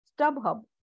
StubHub